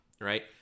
right